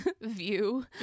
view